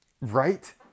Right